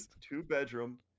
two-bedroom